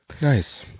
nice